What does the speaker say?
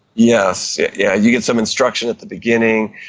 yes. yeah yeah you get some instruction at the beginning.